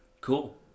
Cool